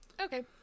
Okay